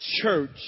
church